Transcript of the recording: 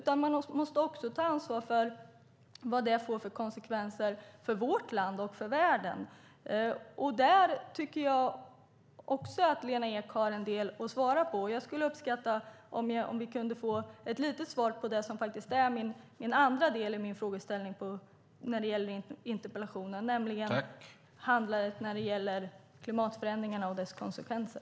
Man måste också ta ansvar för vad det får för konsekvenser för vårt land och för världen. Där har Lena Ek en del att svara på. Jag skulle uppskatta om vi kunde få ett litet svar på det som är andra delen i min frågeställning i interpellationen, nämligen handlandet när det gäller klimatförändringarna och dess konsekvenser.